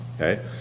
okay